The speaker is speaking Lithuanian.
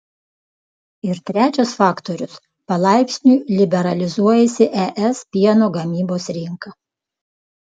ir trečias faktorius palaipsniui liberalizuojasi es pieno gamybos rinka